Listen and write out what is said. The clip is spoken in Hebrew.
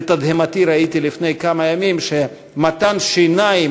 לתדהמתי ראיתי לפני כמה ימים שמתן שיניים